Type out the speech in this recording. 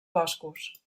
boscos